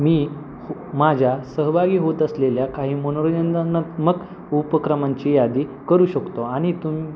मी माझ्या सहभागी होत असलेल्या काही मनोरंजननात्मक उपक्रमांची यादी करू शकतो आणि तुम